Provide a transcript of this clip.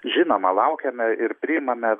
žinoma laukiame ir priimame